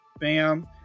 bam